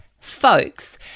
folks